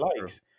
likes